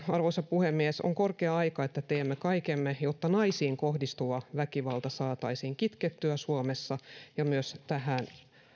arvoisa puhemies on korkea aika että teemme kaikkemme että naisiin kohdistuva väkivalta saataisiin kitkettyä suomessa ja myös tähän